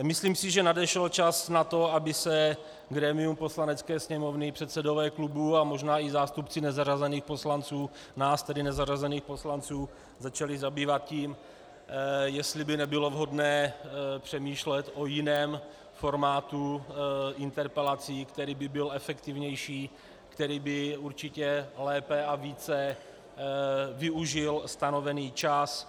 Myslím si, že nadešel čas na to, aby se grémium Poslanecké sněmovny, předsedové klubů a možná i zástupci nás nezařazených poslanců začali zabývat tím, jestli by nebylo vhodné přemýšlet o jiném formátu interpelací, který by byl efektivnější, který by určitě lépe a více využil stanovený čas.